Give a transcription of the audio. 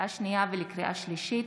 לקריאה שנייה ולקריאה שלישית: